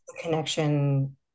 connection